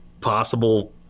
possible